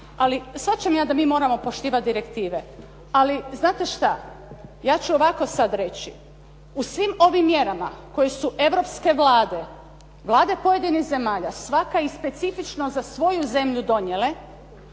ali shvaćam ja da mi moramo poštivati direktive, ali znate što. Ja ću ovako sad reći, u svim ovim mjerama koje su europske vlade, vlade pojedinih zemalja svaka i specifično za svoju zemlju donijele,